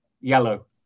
yellow